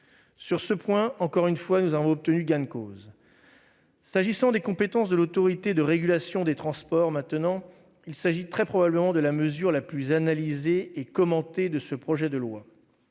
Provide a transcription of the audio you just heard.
Sur ce point, encore une fois, nous avons obtenu gain de cause. S'agissant maintenant des compétences de l'Autorité de régulation des transports, la mesure très probablement la plus analysée et commentée de ce projet de loi,